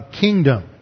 kingdom